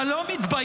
אתה לא מתבייש?